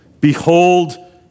Behold